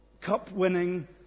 cup-winning